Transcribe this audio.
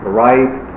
right